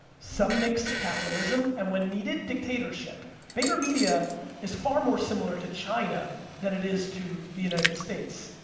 some mix of capitalism, and when needed, dictatorship. vaynermedia is far more similar to china than it is to the united states.